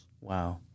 Wow